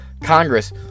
Congress